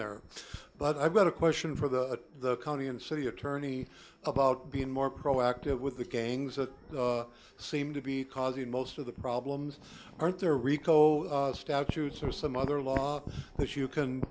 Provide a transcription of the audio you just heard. there but i've got a question for the county and city attorney about being more proactive with the gangs that seem to be causing most of the problems aren't there rico statutes or some other law that you can